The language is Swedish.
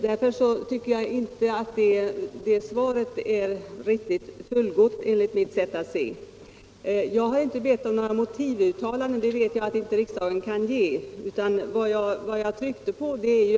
Därför är herr Johanssons svar inte fullgott enligt mitt sätt att se. Jag har inte bett om motivuttalanden — jag vet att riksdagen inte kan göra några sådana.